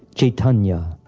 chaitanya.